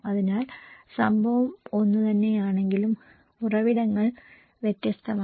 അതിനാൽ സംഭവം ഒന്നുതന്നെയാണെങ്കിലും ഉറവിടങ്ങൾ വ്യത്യസ്തമാണ്